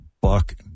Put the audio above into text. buck